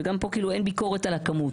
וכאן אין ביקורת על הכמות.